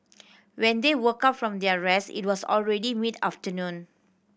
when they woke up from their rest it was already mid afternoon